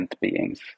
beings